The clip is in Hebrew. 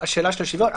שאלה של שוויון,